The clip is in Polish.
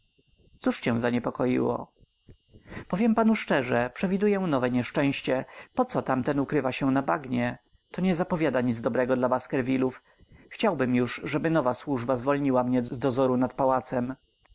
londynu cóż cię zaniepokoiło powiem panu szczerze przewiduję nowe nieszczęście po co tamten ukrywa się na bagnie to nie zapowiada nic dobrego dla baskervillów chciałbym już żeby nowa służba zwolniła mnie z dozoru nad pałacem